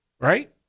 Right